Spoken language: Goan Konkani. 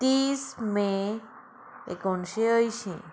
तीस मे एकोणिशें अंयशीं